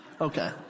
Okay